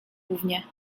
gównie